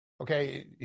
Okay